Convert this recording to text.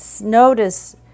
notice